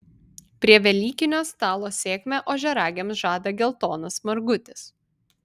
prie velykinio stalo sėkmę ožiaragiams žada geltonas margutis